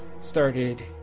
started